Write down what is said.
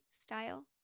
style